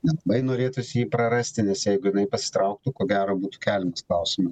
nelabai norėtųsi jį prarasti nes jeigu jinai pasitrauktų ko būtų keliamas klausimas